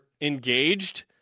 engaged